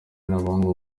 n’abahungu